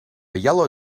yellow